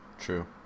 True